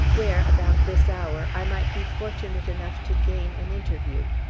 where, about this hour, i might be fortunate enough to gain an interview.